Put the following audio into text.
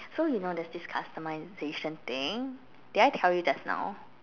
so you know there's this customisation thing did I tell you just now